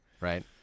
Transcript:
Right